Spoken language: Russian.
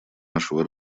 нашего